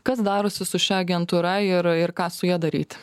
kas darosi su šia agentūra ir ir ką su ja daryt